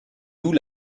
loue